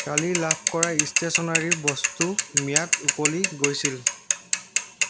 কালি লাভ কৰা ষ্টেশ্যনাৰি বস্তু ম্যাদ উকলি গৈছিল